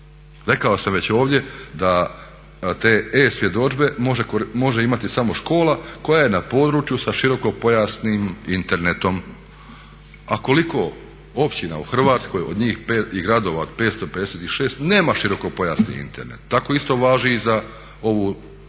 Rekao sam već ovdje da te e-svjedodžbe može imati samo škola koja je na području sa širokopojasnim Internetom. A koliko općina i gradova u Hrvatskoj od 556 nema širokopojasni Internet. Tako isto važi i za ovu novu